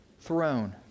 throne